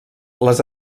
les